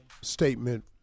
statement